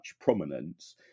prominence